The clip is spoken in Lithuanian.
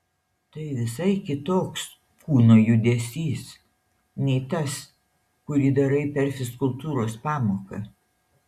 tai visai kitoks kūno judesys nei tas kurį darai per fizkultūros pamoką